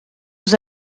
aux